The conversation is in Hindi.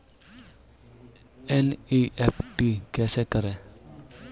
एन.ई.एफ.टी कैसे करें?